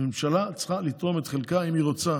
הממשלה צריכה לתרום את חלקה אם היא רוצה